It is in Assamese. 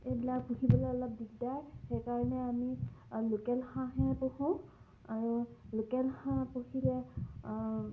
এইবিলাক পুহিবলৈ অলপ দিগদাৰ সেইকাৰণে আমি লোকেল হাঁহে পোহোঁ আৰু লোকেল হাঁহ পুহিলে